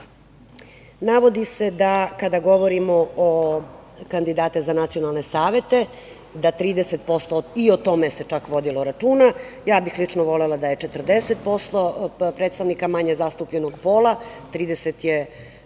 navodi se da 30%, kada govorimo o kandidatima za nacionalne savete, i o tome se čak vodilo računa, ja bih lično volela da je 40% predstavnika manje zastupljenog pola, 30% je